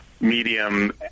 medium